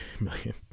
million